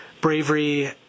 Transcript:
bravery